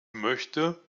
möchte